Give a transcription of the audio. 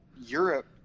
Europe